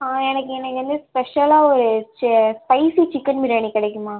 ஆ எனக்கு இன்றைக்கு வந்து ஸ்பெஷலாக ஒரு ஸ்பைசி சிக்கன் பிரியாணி கிடைக்குமா